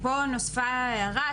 פה נוספה הערה,